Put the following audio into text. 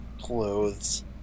Clothes